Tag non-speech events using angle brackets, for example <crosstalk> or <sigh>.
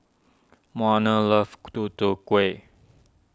Marner loves <unintelligible> Tutu Kueh